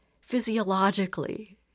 physiologically